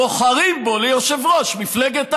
בוחרים בו ליושב-ראש מפלגת העבודה.